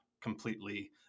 completely